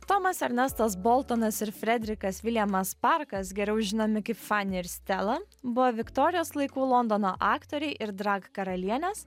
tomas ernestas boltonas ir fredrikas viljamas parkas geriau žinomi kaip fani ir stela buvo viktorijos laikų londono aktoriai ir drag karalienės